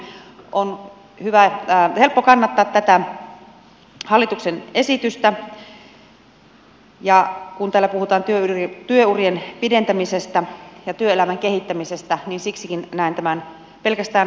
on helppo kannattaa tätä hallituksen esitystä ja kun täällä puhutaan työurien pidentämisestä ja työelämän kehittämisestä niin siksikin näen pelkästään positiivisena tämän esityksen